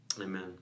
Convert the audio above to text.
Amen